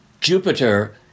Jupiter